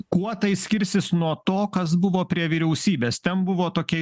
kuo tai skirsis nuo to kas buvo prie vyriausybės ten buvo tokia